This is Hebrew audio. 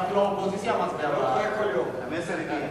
ההצעה להעביר את הנושא לוועדה משותפת של ועדת החינוך,